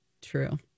True